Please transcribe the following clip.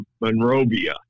Monrovia